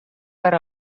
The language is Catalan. per